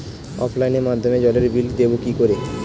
অফলাইনে মাধ্যমেই জলের বিল দেবো কি করে?